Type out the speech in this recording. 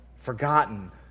Forgotten